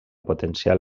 potencial